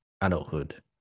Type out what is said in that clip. adulthood